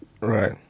Right